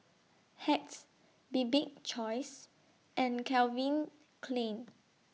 Hacks Bibik's Choice and Calvin Klein